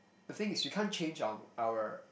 the thing is we can't change our our